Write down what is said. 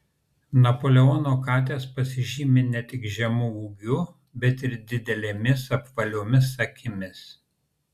napoleono katės pasižymi ne tik žemu ūgiu bet ir didelėmis apvaliomis akimis